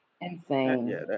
insane